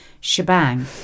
shebang